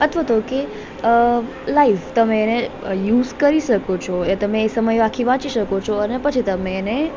અથવા તો કે લાઈવ તમે એને યુઝ કરી શકો છો એ તમે એ સમયે આખી વાંચી શકો છો અને પછી તમે એને